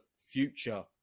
future